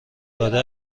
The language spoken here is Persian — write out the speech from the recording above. داده